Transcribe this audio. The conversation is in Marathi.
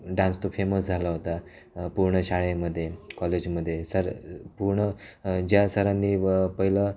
डान्स तो फेमस झाला होता पूर्ण शाळेमध्ये कॉलेजमध्ये सर पूर्ण ज्या सरांनी व पहिलं